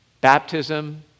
Baptism